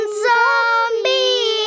zombie